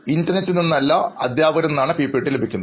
internet നിന്നല്ല അധ്യാപകരിൽ നിന്നു ലഭിക്കുന്നത്